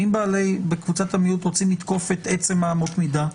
ואם בקבוצת המיעוט רוצים לתקוף את עצם אמות המידה?